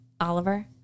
Oliver